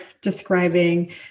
describing